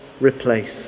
replace